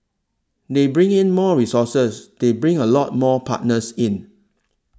they bring in more resources they bring a lot more partners in